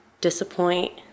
disappoint